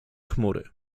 chmury